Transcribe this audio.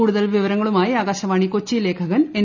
കൂടുതൽ വിവരങ്ങളുമായി ആക്കൃശ്പ്പാണി കൊച്ചി ലേഖകൻ എൻ